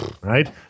Right